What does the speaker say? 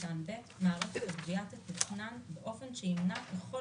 (ב)מערכת הגבייה תתוכנן באופן שימנע ככל